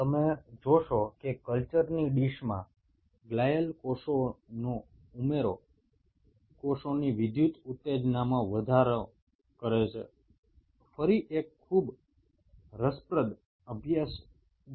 তোমরা দেখতে পাবে যে কালচার ডিসে গ্লিয়াল কোষগুলোকে যোগ করলে কোষগুলোর ইলেকট্রিক্যাল এক্সাইটেবিলিটি বৃদ্ধি পায়